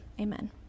amen